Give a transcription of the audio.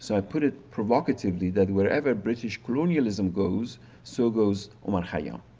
so i put it provocatively that wherever british colonialism goes so goes omar khayyam.